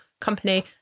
company